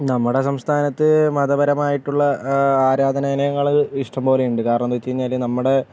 നമ്മുടെ സംസ്ഥാനത്ത് മതപരമായിട്ടുള്ള ആരാധനാലയങ്ങള് ഇഷ്ടം പോലെയുണ്ട് കാരണം എന്താന്ന് വെച്ചാല് നമ്മുടെ